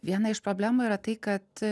viena iš problemų yra tai kad